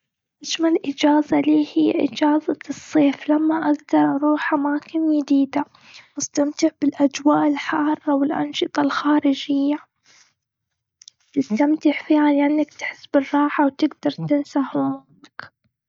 أجمل أجازة لي، هي أجازة الصيف. لما أقدر أروح أماكن جديدة واستمتع بالأجواء الحاره والأنشطة الخارجية. تستمتع فيها لأنك تحس بالراحة وتقدر تنسى همومك.